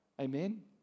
Amen